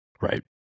right